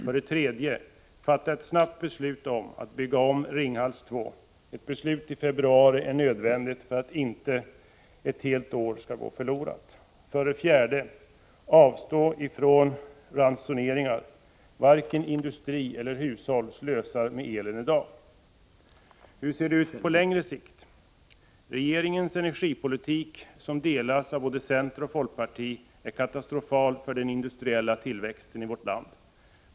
För det tredje: Fatta ett snabbt beslut om att bygga om Ringhals 2! Ett beslut i februari är nödvändigt för att inte ett helt år skall gå förlorat. För det fjärde: Avstå från ransoneringar! Varken industri eller hushåll slösar med el i dag. Hur ser det ut på längre sikt? Regeringens energipolitik, som delas av både centerpartiet och folkpartiet, är katastrofal för den industriella tillväxten i vårt land.